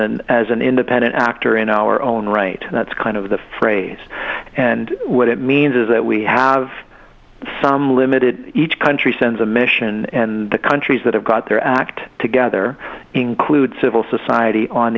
and as an independent actor in our own right that's kind of the phrase and what it means is that we have some limited each country sends a mission and the countries that have got their act together include civil society on